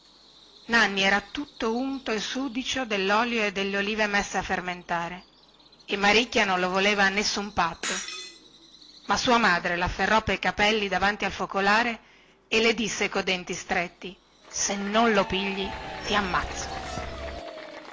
nanni era tutto unto e sudicio dellolio e delle ulive messe a fermentare e maricchia non lo voleva a nessun patto ma sua madre lafferrò pe capelli davanti al focolare e le disse co denti stretti se non lo pigli ti ammazzo